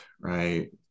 right